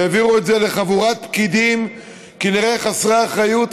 והעבירו את זה לחבורת פקידים כנראה חסרי אחריות,